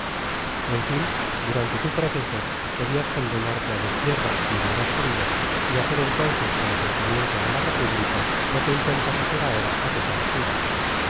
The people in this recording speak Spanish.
en fin durante tu proceso podias condenarte á destierro si hubieras querido y hacer entonces con asentimiento de la república lo que intentas hacer ahora á pesar suyo